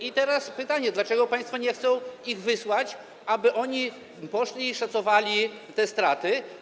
I teraz pytanie: Dlaczego państwo nie chcą ich wysłać, aby oni poszli i szacowali te straty?